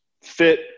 fit